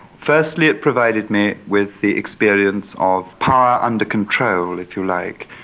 firstly it provided me with the experience of power under control, if you like.